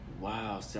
Wow